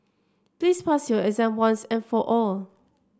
please pass your exam once and for all